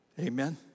Amen